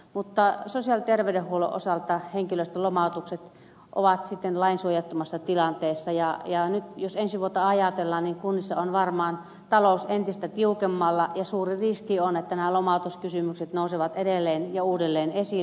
mutta sosiaali ja terveydenhuollon osalta henkilöstön lomautukset ovat siten lainsuojattomassa tilanteessa ja nyt jos ensi vuotta ajatellaan kunnissa on varmaan talous entistä tiukemmalla ja suuri riski on että nämä lomautuskysymykset nousevat edelleen ja uudelleen esille